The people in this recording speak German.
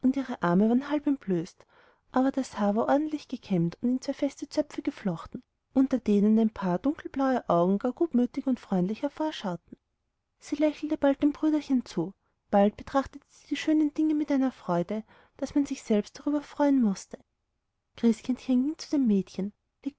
ihre arme waren halb entblößt aber das haar war ordentlich gekämmt und in zwei feste zöpfe geflochten unter denen ein paar dunkelblaue augen gar gutmütig und freundlich hervorschauten sie lächelte bald dem brüderchen zu bald betrachtete sie die schönen dinge mit einer freude daß man sich selber darüber freuen mußte christkindchen ging zu dem mädchen